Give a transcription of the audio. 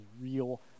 real